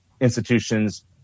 institutions